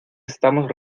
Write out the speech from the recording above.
estamos